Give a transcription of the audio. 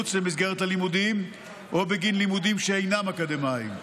מחוץ למסגרת הלימודים או בגין לימודים שאינם אקדמיים.